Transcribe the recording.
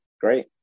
great